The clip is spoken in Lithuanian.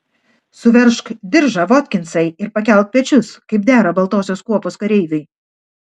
suveržk diržą votkinsai ir pakelk pečius kaip dera baltosios kuopos kareiviui